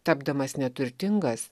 tapdamas neturtingas